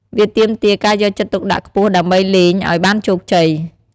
វាទាមទារការយកចិត្តទុកដាក់ខ្ពស់ដើម្បីលេងឲ្យបានជោគជ័យ។